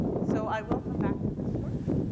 so i will come back to this shortly.